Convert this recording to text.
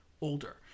older